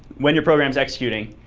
when your program's executing,